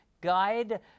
guide